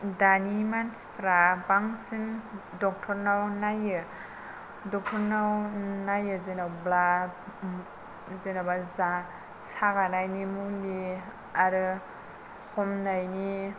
दानि मानसिफोरा बांसिन डक्टर नाव नायो डक्टर नाव नायो जेनेबा जेनेबा सागानायनि मुलि आरो हमनायनि